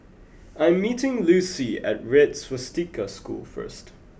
I'm meeting Lucy at Red Swastika School first